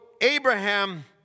Abraham